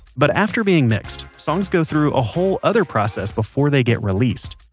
but after being mixed, songs go through a whole other process before they get released.